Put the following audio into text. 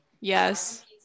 yes